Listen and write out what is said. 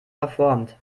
verformt